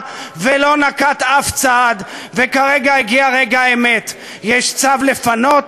בג"ץ ולערער עוד יותר את יסודות הדמוקרטיה.